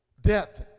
death